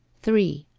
three.